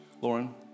Lauren